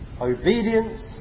obedience